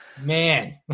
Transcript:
Man